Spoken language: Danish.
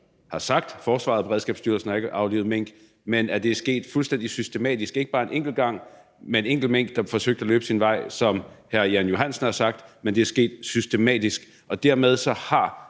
har sagt, at forsvaret og Beredskabsstyrelsen ikke har aflivet mink, men at det er sket fuldstændig systematisk, ikke bare en enkelt gang med en enkelt mink, der har forsøgt at løbe sin vej, som hr. Jan Johansen har sagt, men det er sket systematisk, og dermed har